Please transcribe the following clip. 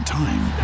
time